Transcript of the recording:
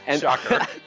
shocker